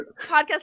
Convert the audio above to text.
podcast